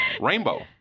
rainbow